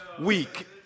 week